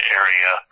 area